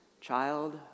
child